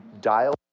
dial